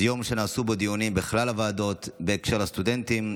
זה יום שנעשו בו דיונים בכלל הוועדות בקשר לסטודנטים,